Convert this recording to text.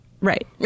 Right